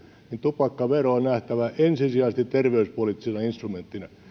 tupakkavero on nähtävä ensisijaisesti terveyspoliittisena instrumenttina